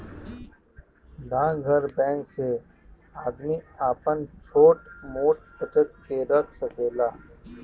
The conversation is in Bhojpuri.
डाकघर बैंक से आदमी आपन छोट मोट बचत के रख सकेला